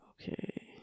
okay